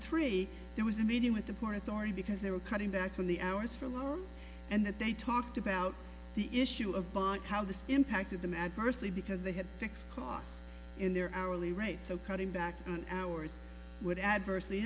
three there was a meeting with the port authority because they were cutting back on the hours for a little and that they talked about the issue of bond how the impact of them adversely because they had fixed costs in their hourly rate so cutting back hours would adversely